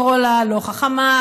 לקרוא לה לא חכמה,